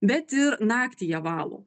bet ir naktį jie valo